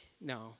No